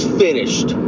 finished